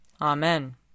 Amen